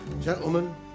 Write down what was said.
Gentlemen